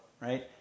right